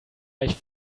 gleich